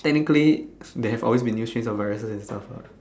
technically there have always been new strains of viruses and stuff lah